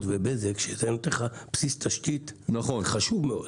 ו-בזק שנותנת לך בסיס תשתית חשוב מאוד.